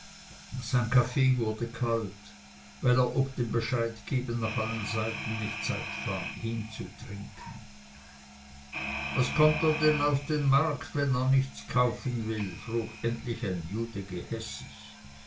kaffee wurde kalt weil er ob dem bescheidgeben nach allen seiten nicht zeit fand ihn zu trinken was kommt er denn auf den markt wenn er nichts kaufen will frug endlich ein jude hässig